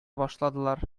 башладылар